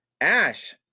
ash